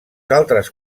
altres